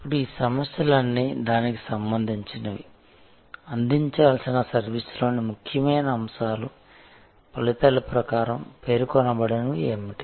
ఇప్పుడు ఈ సమస్యలన్నీ దానికి సంబంధించినవి అందించాల్సిన సర్వీస్లోని ముఖ్యమైన అంశాలు ఫలితాల ప్రకారం పేర్కొనబడినవి ఏమిటి